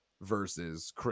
versus